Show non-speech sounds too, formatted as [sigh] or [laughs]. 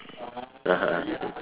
[laughs]